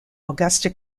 augusta